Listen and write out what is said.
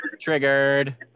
Triggered